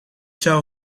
zou